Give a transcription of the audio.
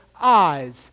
eyes